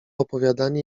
opowiadanie